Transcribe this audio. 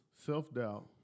self-doubt